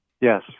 Yes